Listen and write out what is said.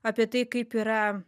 apie tai kaip yra